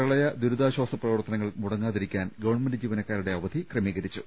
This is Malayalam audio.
പ്രളയ ദുരിതാശ്ചാസ പ്രവർത്തനങ്ങൾ മുടങ്ങാതിരി ക്കാൻ ഗവൺമെന്റ് ജീവനക്കാരുടെ അവധി ക്രമീകരി ച്ചു